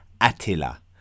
Attila